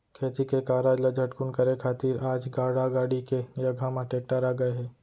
खेती के कारज ल झटकुन करे खातिर आज गाड़ा गाड़ी के जघा म टेक्टर आ गए हे